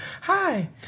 hi